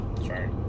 Sorry